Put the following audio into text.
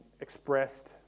expressed